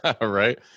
right